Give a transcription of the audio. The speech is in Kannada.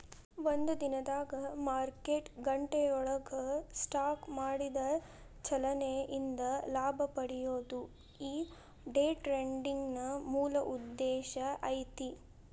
ಒಂದ ದಿನದಾಗ್ ಮಾರ್ಕೆಟ್ ಗಂಟೆಯೊಳಗ ಸ್ಟಾಕ್ ಮಾಡಿದ ಚಲನೆ ಇಂದ ಲಾಭ ಪಡೆಯೊದು ಈ ಡೆ ಟ್ರೆಡಿಂಗಿನ್ ಮೂಲ ಉದ್ದೇಶ ಐತಿ